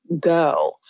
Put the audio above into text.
go